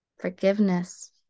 forgiveness